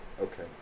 Okay